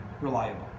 reliable